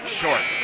short